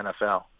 NFL